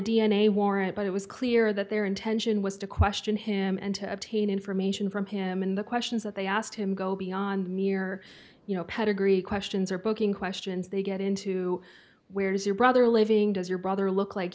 a warrant but it was clear that their intention was to question him and to obtain information from him in the questions that they asked him go beyond mere you know pedigree questions or poking questions they get into where is your brother living does your brother look like